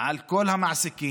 על כל המעסיקים,